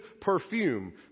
perfume